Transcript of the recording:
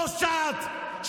פושעת,